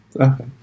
Okay